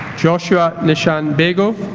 joshua nishan begho